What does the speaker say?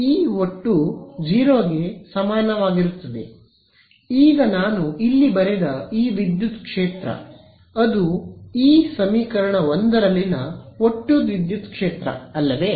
E ಒಟ್ಟು 0 ಗೆ ಸಮಾನವಾಗಿರುತ್ತದೆ ಈಗ ನಾನು ಇಲ್ಲಿ ಬರೆದ ಈ ವಿದ್ಯುತ್ ಕ್ಷೇತ್ರ ಅದು ಈ ಸಮೀಕರಣ 1 ರಲ್ಲಿನ ಒಟ್ಟು ವಿದ್ಯುತ್ ಕ್ಷೇತ್ರ ಅಲ್ಲವೇ